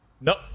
Nope